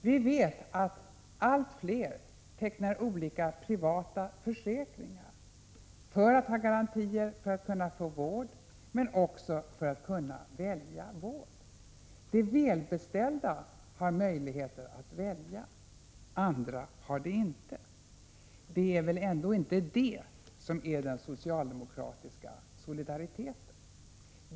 Vi vet att allt fler tecknar olika privata försäkringar för att ha garantier för att få vård men också för att kunna välja. De välbeställda har möjlighet att välja, andra har det inte. Det är väl inte det som är den socialdemokratiska solidariteten.